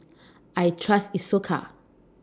I Trust Isocal